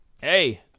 hey